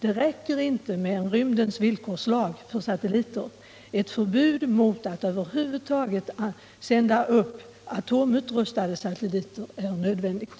Det räcker inte med en ”rymdens villkorslag” för satelliter. Ett förbud mot att över huvud taget sända upp atomutrustade satelliter är nödvändigt.